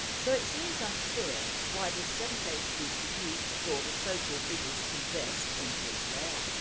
so it seems unclear why this seven page speech was used to draw the so called biggest and best into its lair.